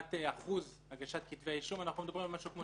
ומבחינת שיעור הגשת כתבי האישום אנחנו מדברים על 70%-75%